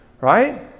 right